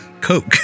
Coke